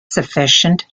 sufficient